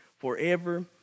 forever